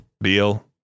Beal